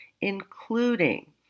including